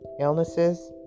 illnesses